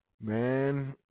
Man